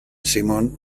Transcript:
simon